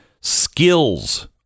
Skills